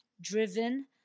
driven